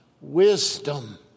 wisdom